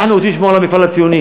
אנחנו רוצים לשמור על המפעל הציוני.